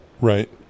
Right